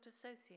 associate